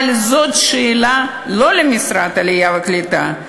אבל זאת לא שאלה למשרד העלייה והקליטה.